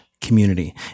community